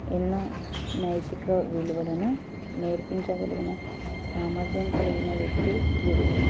ఎన్నో నైతిక విలువలను నేర్పించగలిగిన సామర్థ్యం కలిగిన వ్యక్తి గురువు